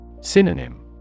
Synonym